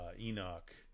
Enoch